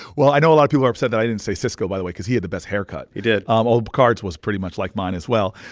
well, i know a lot of people are upset that i didn't say sisko, by the way, because he had the best haircut he did um although picard's was pretty much like mine as well.